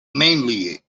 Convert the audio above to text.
mainly